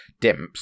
Dimps